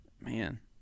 Man